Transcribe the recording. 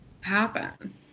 happen